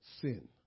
sin